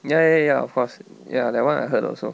ya ya ya of course ya that one I heard also